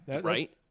Right